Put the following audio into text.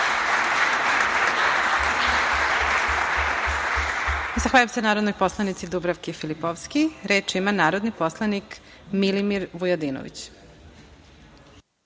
Zahvaljujem se narodnoj poslanici Dubravki Filipovski. Reč ima narodni poslanik Milimir Vujadinović.